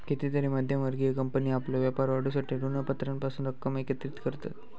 कितीतरी मध्यम वर्गीय कंपनी आपलो व्यापार वाढवूसाठी ऋणपत्रांपासून रक्कम एकत्रित करतत